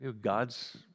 God's